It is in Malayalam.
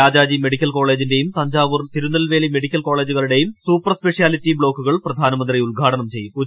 രാജാജി മെഡിക്കൽ കോളേജിന്റെയും തഞ്ചാവൂർ തിരുനെൽവേലി മെഡിക്കൽ കോളേജുകളുടെയും സൂപ്പർ സ്പെഷ്യാലിറ്റി ബ്ലോക്കുകൾ പ്രധാനമന്ത്രി ഉദ്ഘാടനം ചെയ്യും